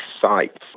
sites